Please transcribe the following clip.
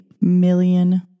million